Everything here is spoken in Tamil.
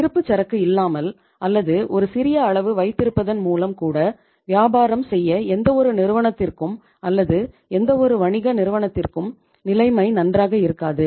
இருப்புச்சரக்கு இல்லாமல் அல்லது ஒரு சிறிய அளவு வைத்திருப்பதன் மூலம் கூட வியாபாரம் செய்ய எந்தவொரு நிறுவனத்திற்கும் அல்லது எந்தவொரு வணிக நிறுவனத்திற்கும் நிலைமை நன்றாக இருக்காது